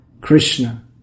Krishna